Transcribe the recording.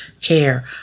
care